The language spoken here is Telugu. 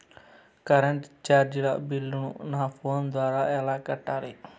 కరెంటు చార్జీల బిల్లును, నా ఫోను ద్వారా ఎలా కట్టాలి?